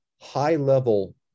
high-level